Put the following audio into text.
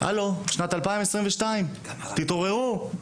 הלו, שנת 2022. תתעוררו.